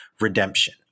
redemption